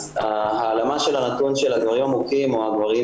ההעלמה של הנתון של הגברים המוכים או הגברים